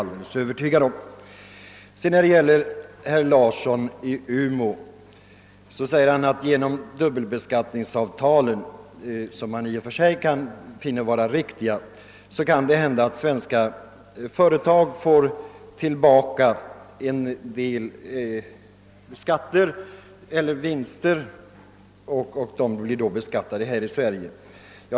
Herr Larsson i Umeå gör gällande att dubbelbeskattningsavtalen — som han i och för sig finner vara riktiga — kan medföra att svenska företag gör en del vinster, som beskattas här i Sverige.